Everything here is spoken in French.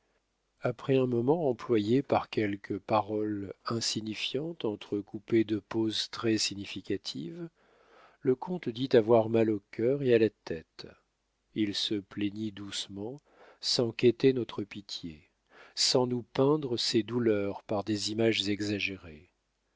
après un moment employé par quelques paroles insignifiantes entrecoupées de pauses très significatives le comte dit avoir mal au cœur et à la tête il se plaignit doucement sans quêter notre pitié sans nous peindre ses douleurs par des images exagérées